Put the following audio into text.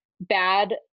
bad